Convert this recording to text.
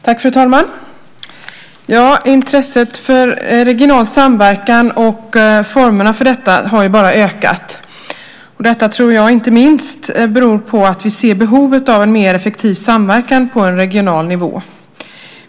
Fru talman! Intresset för regional samverkan och formerna för det har ökat. Det tror jag inte minst beror på att vi ser behovet av en mer effektiv samverkan på en regional nivå.